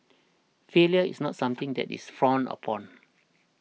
failure is not something that is frowned upon